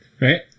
right